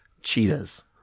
cheetahs